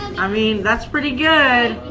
i mean that's pretty good.